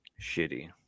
shitty